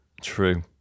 True